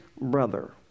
brother